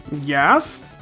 Yes